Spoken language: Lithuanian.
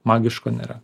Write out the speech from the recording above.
magiško nėra